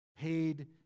paid